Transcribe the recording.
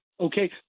Okay